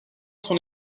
son